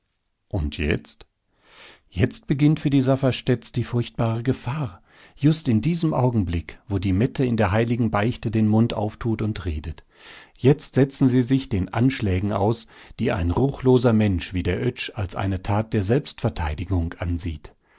und jetzt jetzt beginnt für die safferstätts die furchtbare gefahr just in diesem augenblick wo die mette in der heiligen beichte den mund auftut und redet jetzt setzen sie sich den anschlägen aus die ein ruchloser mensch wie der oetsch als eine tat der selbstverteidigung ansieht